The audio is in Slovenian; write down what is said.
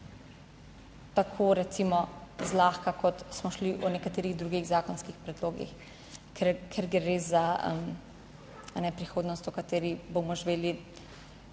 tako recimo zlahka, kot smo šli v nekaterih drugih zakonskih predlogih, ker gre res za prihodnost v kateri bomo živeli